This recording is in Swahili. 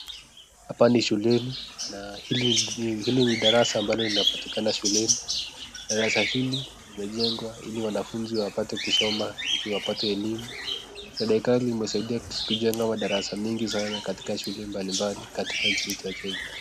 Hapa ni shuleni na hili ni darasa ambalo linapatikana shuleni darasa hili limejengwa ili wanafunzi wapate kusoma ili wapate elimu. Serikali imesaidia kujenga madarasa nyingi sana katika shule mbali mbali katika nchi yetu ya kenya.